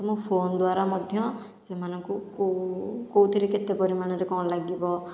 ତ ମୁଁ ଫୋନ୍ ଦ୍ୱାରା ମଧ୍ୟ ସେମାନଙ୍କୁ କେଉଁ କେଉଁଥିରେ କେତେ ପରିମାଣରେ କ'ଣ ଲାଗିବ